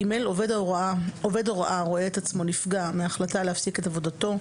(ג) עובד הוראה הרואה עצמו נפגע מהחלטה להפסיק את עבודתו,